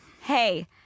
hey